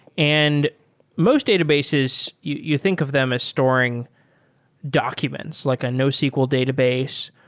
and most databases, you you think of them as storing documents, like a nosql database,